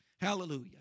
Hallelujah